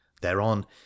thereon